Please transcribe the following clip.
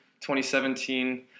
2017